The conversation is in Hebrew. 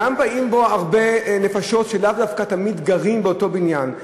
גם באות אליו הרבה נפשות שלאו דווקא תמיד גרות באותו בניין,